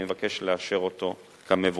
אני מבקש לאשר אותו כמבוקש.